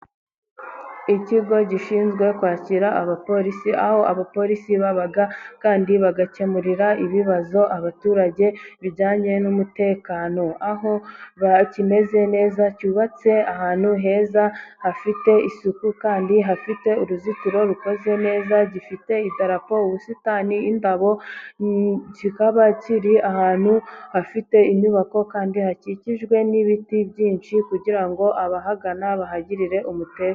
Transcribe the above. ikigo gishinzwe kwakira abapolisi, aho abapolisi baba kandi bagakemurira ibibazo abaturage bijyanye n'umutekano, aho bakimeze neza cyubatse ahantu heza hafite isuku kandi hafite uruzitiro rukoze neza, gifite idarapo, ubusitani, indabo, kikaba kiri ahantu hafite inyubako kandi hakikijwe n'ibiti byinshi, kugira ngo abahagana bahagirire umutekano.